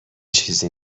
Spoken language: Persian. چیزی